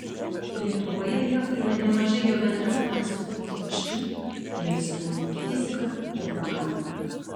lietuvoje lieka ir nemažai jo bendraklasių ypač tų kurie stoja į fiziką programavimą